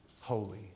holy